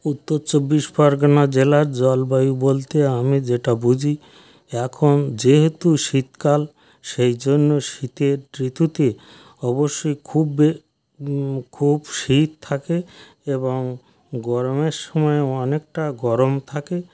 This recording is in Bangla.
উত্তর চব্বিশ পরগনা জেলার জলবায়ু বলতে আমি যেটা বুজি এখন যেহেতু শীতকাল সেই জন্য শীতের ঋতুতে অবশ্যই খুব বে খুব শীত থাকে এবং গরমের সময় অনেকটা গরম থাকে